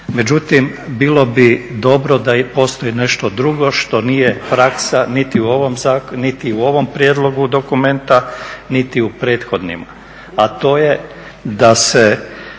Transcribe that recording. Međutim bilo bi dobro da postoji nešto drugo što nije praksa niti u ovom prijedlogu dokumenta niti u prethodnim,